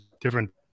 different